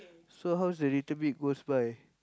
so how's the little bit goes by